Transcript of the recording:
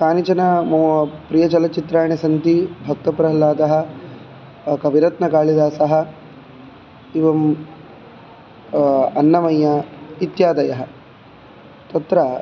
कानिचन मम प्रियचलच्चित्राणि सन्ति भक्तप्रह्लादः कविरत्नकालिदासः एवं अन्नमय्य इत्यादयः तत्र